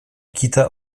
kitę